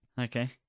Okay